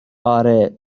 آره